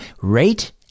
rate